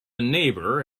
neighbour